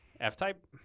F-type